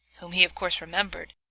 whom he, of course, remembered,